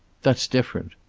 that's different.